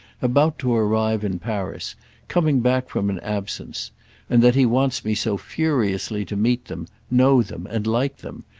about to arrive in paris coming back from an absence and that he wants me so furiously to meet them, know them and like them,